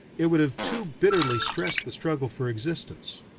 it would have too bitterly stressed the struggle for existence.